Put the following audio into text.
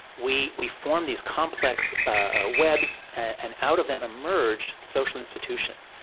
we we form these complex ah webs, and out of them emerge social institutions.